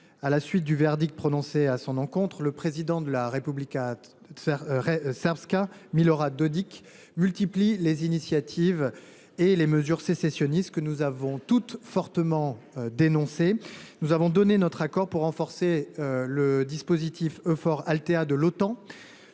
à la suite du verdict prononcé à son encontre, le président de la Republika Srpska, Milorad Dodik, multiplie les initiatives et les mesures sécessionnistes, que nous avons toutes fortement dénoncées. Nous avons donné notre accord pour un renforcement de l’opération Eufor Althea, mission